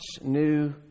new